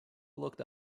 looked